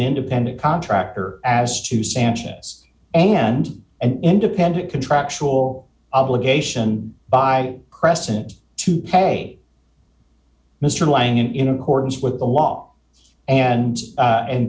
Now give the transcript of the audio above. independent contractor as to sanchez a end and independent contractual obligation by crescent toupee mr lang in accordance with the law and